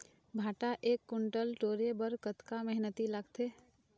भांटा एक कुन्टल टोरे बर कतका मेहनती लागथे?